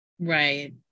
Right